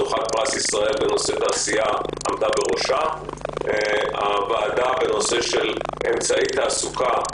זוכת פרס ישראל בנושא תעשייה; הייתה ועדה שעסקה באמצעי תעסוקה,